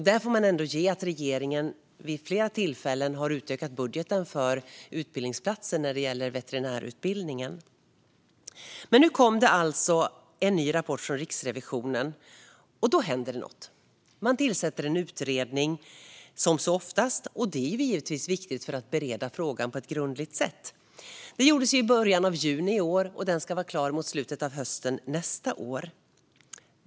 Där får vi ändå ge regeringen att man vid flera tillfällen har utökat budgeten för antalet utbildningsplatser på veterinärutbildningen. Men nu kom alltså en ny rapport från Riksrevisionen, och då händer det något. Man tillsätter en utredning, som man oftast gör. Det är givetvis viktigt för att bereda frågan på ett grundligt sätt. Det gjordes i början av juni i år, och den ska vara klar mot slutet av hösten nästa år.